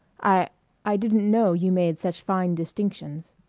i i didn't know you made such fine distinctions.